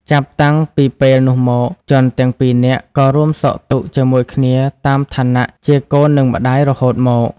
ចាប់តាំងពីពេលនោះមក ជនទាំងពីរនាក់ ក៏រួមសុខទុក្ខជាមួយគ្នាតាមឋានៈជាកូននិងម្ដាយរហូតមក ។